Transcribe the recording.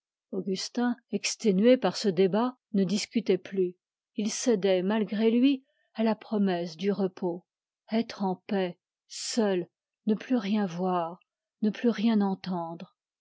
augustin exténué par ce débat ne discutait plus il cédait malgré lui à la promesse du repos être en paix seul ne plus rien voir ne plus rien entendre